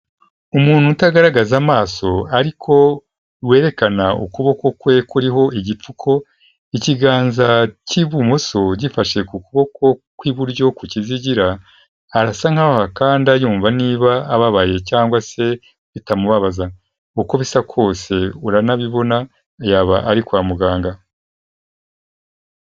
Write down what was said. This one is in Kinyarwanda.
Umuntu utagaragaza amaso ariko werekana ukuboko kwe kuriho igipfuko, ikiganza cy'ibumoso gifashe ku kuboko kw'iburyo ku kizigira. Arasa nk'aho ahakanda yumva niba ababaye cyangwa se bitamubabaza, uko bisa kose uranabibona yaba ari kwa muganga.